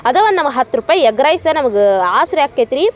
ಅದೇ ಒಂದು ನಮಗ್ ಹತ್ತು ರೂಪಾಯಿ ಎಗ್ರೈಸೆ ನಮಗೆ ಆಸರೆ ಆಗ್ತೈತೆ ರೀ